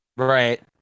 Right